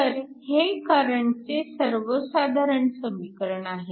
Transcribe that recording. तर हे करंटचे सर्व साधारण समीकरण आहे